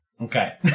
Okay